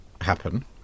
happen